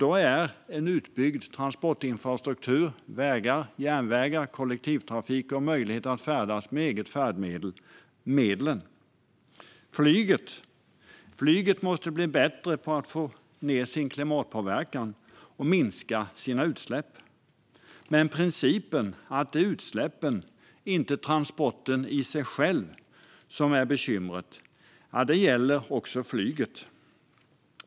Då är en utbyggd transportinfrastruktur - vägar, järnvägar, kollektivtrafik och möjlighet att färdas med eget färdmedel - medlet. Flyget måste bli bättre på att minska sin klimatpåverkan och sina utsläpp. Men principen att det är utsläppen, inte transporterna i sig, som är bekymret gäller också flyget.